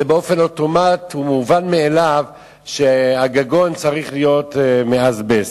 זה באופן אוטומטי ומובן מאליו שהגגון צריך להיות מאזבסט.